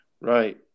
Right